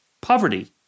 poverty